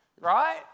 Right